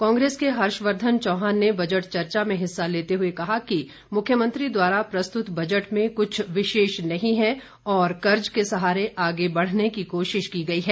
कांग्रेस के हर्षवर्धन चौहान ने बजट चर्चा में हिस्सा लेते हुए कहा कि मुख्यमंत्री द्वारा प्रस्तुत बजट में कुछ विशेष नहीं है और कर्ज के सहारे आगे बढ़ने की कोशिश की गई है